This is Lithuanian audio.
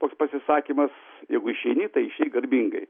toks pasisakymas jeigu išeini tai išeik garbingai